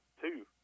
two